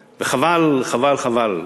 וחבל, חבל, חבל,